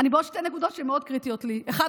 אני בעוד שתי נקודות שהן מאוד קריטיות לי: האחת,